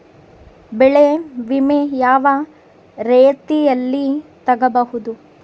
ಬೆಳೆ ವಿಮೆ ಯಾವ ರೇತಿಯಲ್ಲಿ ತಗಬಹುದು?